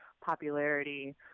popularity